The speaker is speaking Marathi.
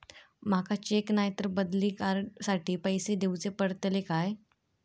माका चेक नाय तर बदली कार्ड साठी पैसे दीवचे पडतले काय?